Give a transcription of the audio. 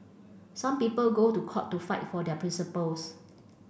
some people go to court to fight for their principles